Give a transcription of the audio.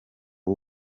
w’u